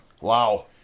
Wow